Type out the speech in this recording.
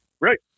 Right